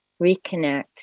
reconnect